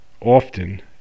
often